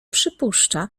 przypuszcza